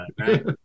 right